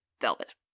velvet